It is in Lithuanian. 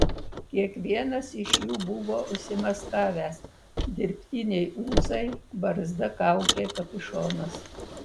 kiekvienas iš jų buvo užsimaskavęs dirbtiniai ūsai barzda kaukė kapišonas